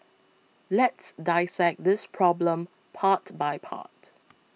let's dissect this problem part by part